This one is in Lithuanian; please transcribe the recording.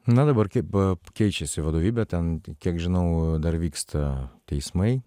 na dabar kaip keičiasi vadovybė ten kiek žinau dar vyksta teismai